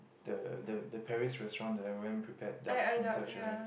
the the the Paris restaurant they always prepare ducks in such a way